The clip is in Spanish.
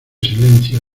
silencio